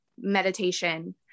meditation